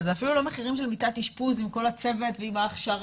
אבל אלה אפילו לא מחירים של מיטת אשפוז עם כל הצוות ועם ההכשרה